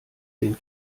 den